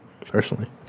personally